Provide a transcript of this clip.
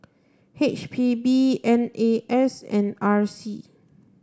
H P B N A S and R C